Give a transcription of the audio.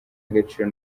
agaciro